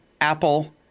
Apple